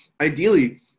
Ideally